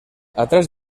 atrás